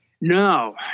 No